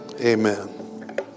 Amen